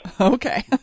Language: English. Okay